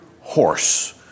horse